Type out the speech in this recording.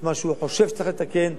את מה שהוא חושב שצריך לתקן.